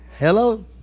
Hello